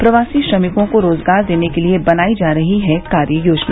प्रवासी श्रमिकों को रोजगार देने के लिए बनाई जा रही है कार्य योजना